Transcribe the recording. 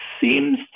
seems